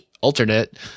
alternate